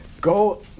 go